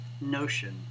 notion